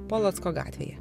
polocko gatvėje